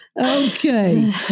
Okay